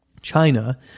China